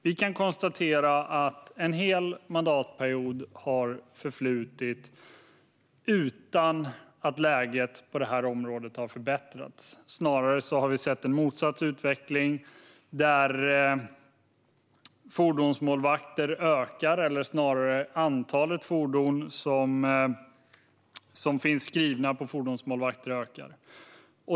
Vi kan konstatera att en hel mandatperiod har förflutit utan att läget på detta område har förbättrats. Vi har snarare sett en motsatt utveckling där antalet fordon som är skrivna på fordonsmålvakter ökar.